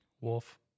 Wolf